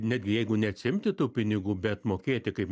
netgi jeigu neatsiimti tų pinigų bet mokėti kaip